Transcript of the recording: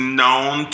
known